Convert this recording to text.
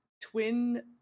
twin